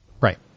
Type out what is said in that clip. right